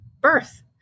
birth